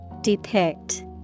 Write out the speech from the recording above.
Depict